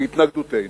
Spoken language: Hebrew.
בהתנגדותנו,